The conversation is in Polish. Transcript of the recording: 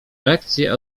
lekcje